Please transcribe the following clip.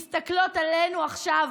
מסתכלות עלינו עכשיו,